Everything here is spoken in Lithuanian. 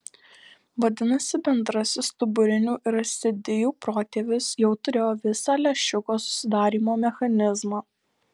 vadinasi bendrasis stuburinių ir ascidijų protėvis jau turėjo visą lęšiuko susidarymo mechanizmą